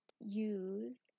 use